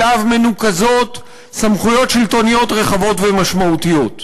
שאליו מנוקזות סמכויות שלטוניות רחבות ומשמעותיות.